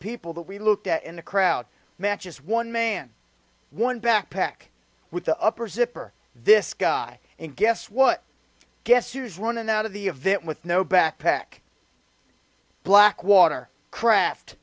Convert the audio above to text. people that we looked at in the crowd matches one man one backpack with the upper zipper this guy and guess what guess who's running out of the event with no backpack black water craft